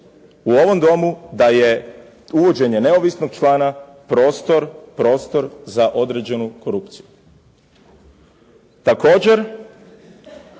u ovom domu da je uvođenje neovisnog člana prostor za određenu korupciju. Također